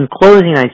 closing